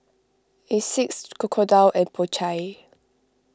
Asics Crocodile and Po Chai